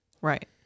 Right